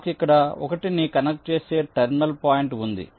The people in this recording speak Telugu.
నాకు ఇక్కడ 1 ని కనెక్ట్ చేసే టెర్మినల్ పాయింట్ ఉంది